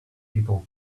people